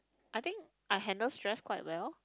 I think I handle stress quite well